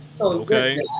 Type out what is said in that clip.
Okay